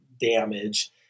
damage